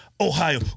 Ohio